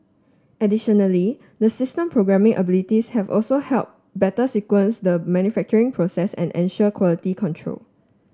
additionally the system programming abilities have also help better sequence the manufacturing process and ensure quality control